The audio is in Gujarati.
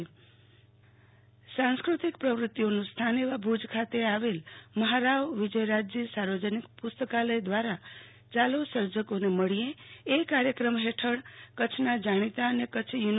આરતી ભદ્દ સંવાદ કાર્યક્રમ સંસ્કૃતિક પ્રવૃતિઓનું સ્થાન એવા ભુજ ખાતે આવેલ મહારાવ વિજયરાજજી સાર્વજનિક પુસ્તકાલય દ્વારા ચાલો સર્જકોને મળીયે એ કાર્યક્રમ હેઠળ કચ્છના જાણીતા અને કચ્છ યુની